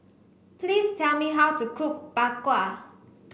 please tell me how to cook Bak Kwa